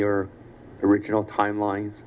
your original timeline